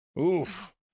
oof